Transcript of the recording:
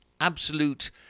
absolute